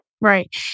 Right